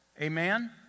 Amen